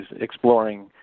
exploring